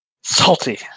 Salty